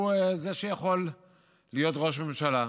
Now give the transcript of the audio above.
הוא זה שיכול להיות ראש ממשלה.